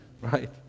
Right